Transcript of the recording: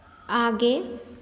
आगे